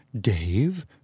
Dave